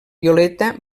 violeta